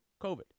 COVID